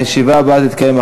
הישיבה הבאה תתקיים,